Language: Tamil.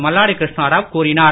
மல்லாடி கிருஷ்ணாராவ் கூறினார்